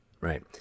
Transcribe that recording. Right